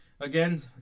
Again